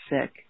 sick